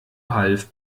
half